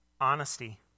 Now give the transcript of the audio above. Honesty